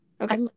Okay